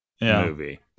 movie